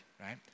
Right